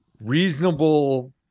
reasonable